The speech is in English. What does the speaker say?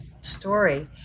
story